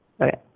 Okay